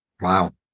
Wow